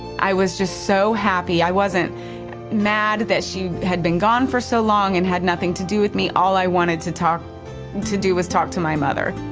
i was just so happy. i wasn't mad that she had been gone for so long and had nothing to do with me. all i wanted to talk to do was talk to my mother.